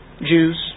Jews